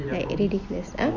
like ridiculous ah